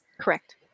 Correct